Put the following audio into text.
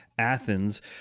Athens